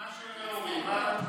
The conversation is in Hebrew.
מה שאומר אורי.